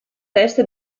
testa